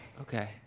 okay